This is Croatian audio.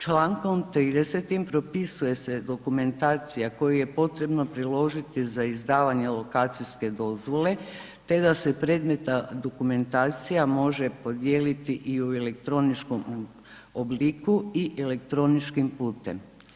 Čl. 30. propisuje se dokumentacija koju je potrebno priložiti za izdavanje lokacijske dozvole, te da se predmetna dokumentacija može podijeliti i u elektroničkom obliku i elektroničkim putem.